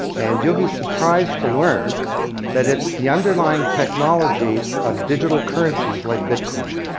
and you'll be surprised to learn that it's the underlying technology of digital currencies like bitcoin.